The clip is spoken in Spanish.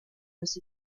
los